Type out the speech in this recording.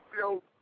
yo